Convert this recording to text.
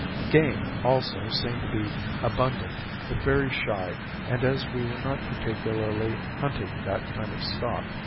game, also, seemed to be abundant but very shy and as we were not particularly hunting that kind of stock,